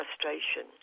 frustration